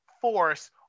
force